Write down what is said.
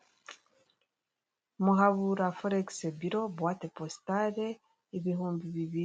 Imitemeri ikorerwa mu Rwanda, ni imitemeri myiza cyane itatse ubwiza, imwe ifite